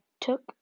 took